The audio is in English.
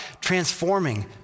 transforming